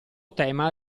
tema